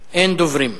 בעד, 8, אין מתנגדים,